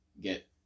get